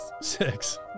Six